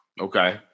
Okay